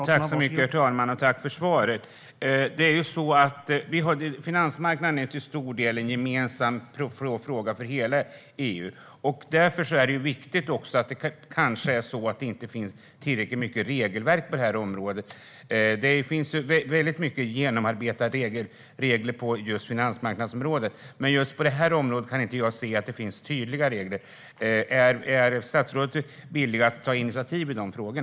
Herr talman! Jag tackar statsrådet för svaret. Finansmarknaden är till stor del en gemensam fråga för hela EU. Det kanske är så att det inte finns tillräckligt mycket regelverk på detta område. Det finns ju många genomarbetade regler för finansmarknaden, men inom just detta område kan jag inte se att det finns tydliga regler. Är statsrådet villig att ta initiativ i dessa frågor?